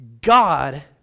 God